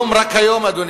רק היום, אדוני,